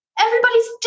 Everybody's